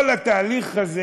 כל התהליך הזה